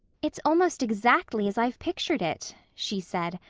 it's almost exactly as i've pictured it, she said.